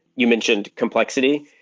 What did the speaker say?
you mentioned complexity,